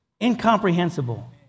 Incomprehensible